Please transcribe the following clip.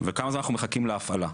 וכמה זמן אנחנו מחכים להפעלה.